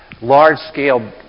large-scale